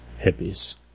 Hippies